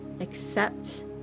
accept